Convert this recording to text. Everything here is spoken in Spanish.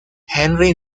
henry